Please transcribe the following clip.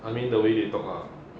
I mean the way they talk uh